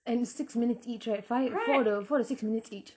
and six minutes each right five four to four to six minutes each